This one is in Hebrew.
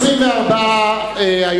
התש"ע 2009, לוועדת הכלכלה נתקבלה.